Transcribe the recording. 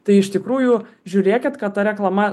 tai iš tikrųjų žiūrėkit kad ta reklama